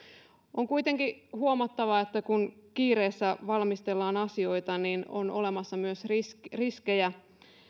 on kuitenkin huomattava että kun kiireessä valmistellaan asioita niin on olemassa myös riskejä